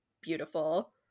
beautiful